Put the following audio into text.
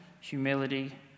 humility